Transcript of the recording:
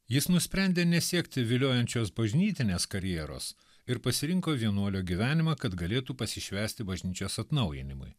jis nusprendė nesiekti viliojančios bažnytinės karjeros ir pasirinko vienuolio gyvenimą kad galėtų pasišvęsti bažnyčios atnaujinimui